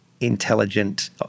intelligent